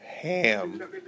Ham